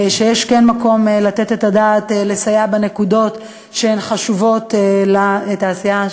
ויש מקום לתת את הדעת ולסייע בנקודות שחשובות לתעשייה.